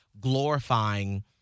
glorifying